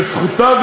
וזכותה,